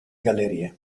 gallerie